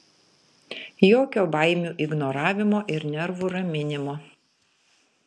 jokio baimių ignoravimo ir nervų raminimo